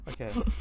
Okay